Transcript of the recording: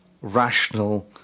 rational